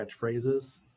catchphrases